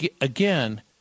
again